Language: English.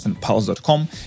pulse.com